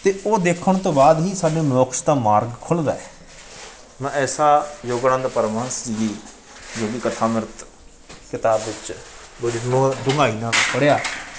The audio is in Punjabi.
ਅਤੇ ਉਹ ਦੇਖਣ ਤੋਂ ਬਾਅਦ ਹੀ ਸਾਡੇ ਮਨੋਕਸ਼ ਦਾ ਮਾਰਗ ਖੁੱਲ੍ਹਦਾ ਮੈਂ ਐਸਾ ਯੋਗਾਨੰਦ ਪਰਮਹੰਸ ਜੀ ਦੀ ਜਿਹੜੀ ਕਥਾ ਨ੍ਰਿੱਤ ਕਿਤਾਬ ਵਿੱਚ ਬੜੀ ਡੂੰਘਾਈ ਨਾਲ ਪੜ੍ਹਿਆ